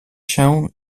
się